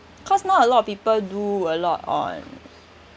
cause not a lot of people do a lot on